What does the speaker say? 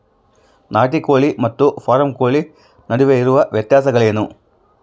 ನಾಟಿ ಕೋಳಿ ಮತ್ತು ಫಾರಂ ಕೋಳಿ ನಡುವೆ ಇರುವ ವ್ಯತ್ಯಾಸಗಳೇನು?